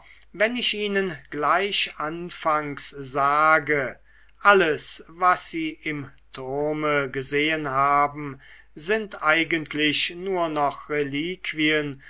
wenn ich ihnen gleich anfangs sage alles was sie im turme gesehen haben sind eigentlich nur noch reliquien